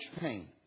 pain